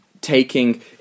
taking